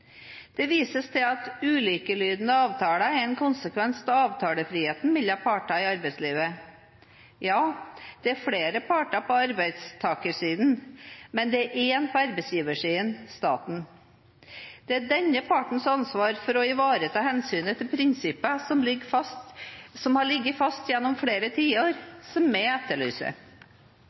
Det vises til at ulikelydende avtaler er en konsekvens av avtalefriheten mellom partene i arbeidslivet. Ja, det er flere parter på arbeidstakersiden, men det er én på arbeidsgiversiden – staten. Det er denne partens ansvar for å ivareta hensynet til prinsipper som har ligget fast gjennom flere tiår, vi etterlyser.